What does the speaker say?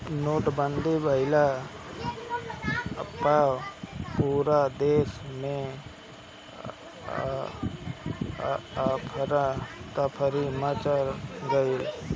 नोटबंदी भइला पअ पूरा देस में अफरा तफरी मच गईल